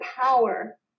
power